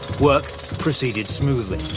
work proceeded smoothly.